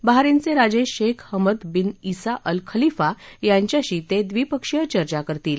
बहारिनचे राजे Sheikh Hamad bin ज्ञा Al Khalifa यांच्याशी ते द्विपक्षीय चर्चा करतील